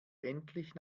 endlich